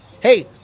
Hey